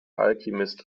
alchemist